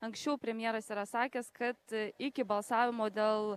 anksčiau premjeras yra sakęs kad iki balsavimo dėl